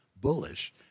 bullish